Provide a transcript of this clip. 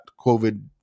COVID